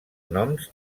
noms